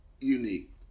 unique